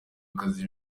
akazi